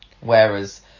whereas